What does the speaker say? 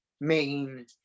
main